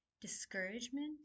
discouragement